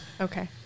okay